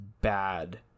bad